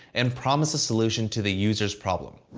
and promise a solution to the user's problem.